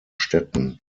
städten